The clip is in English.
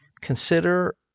consider